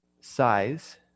size